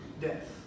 death